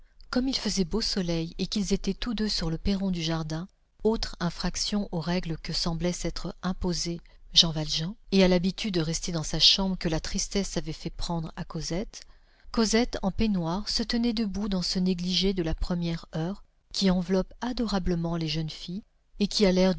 comme il faisait beau soleil et qu'ils étaient tous deux sur le perron du jardin autre infraction aux règles que semblait s'être imposées jean valjean et à l'habitude de rester dans sa chambre que la tristesse avait fait prendre à cosette cosette en peignoir se tenait debout dans ce négligé de la première heure qui enveloppe adorablement les jeunes filles et qui